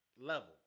level